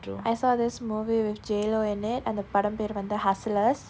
I saw this movie with J lo in it அந்த படம் பெயர் வந்து:antha padam peyar vanthu hustlers